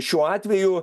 šiuo atveju